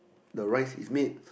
the rice is made